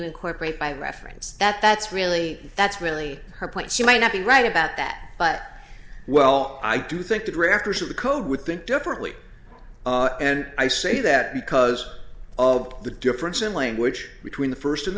incorporate by reference that that's really that's really her point she may not be right about that but well i do think the directors of the code would think differently and i say that because of the difference in language between the first in the